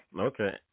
Okay